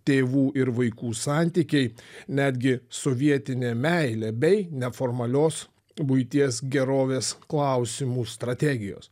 tėvų ir vaikų santykiai netgi sovietinė meilė bei neformalios buities gerovės klausimų strategijos